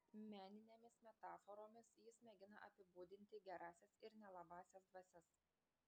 meninėmis metaforomis jis mėgina apibūdinti gerąsias ir nelabąsias dvasias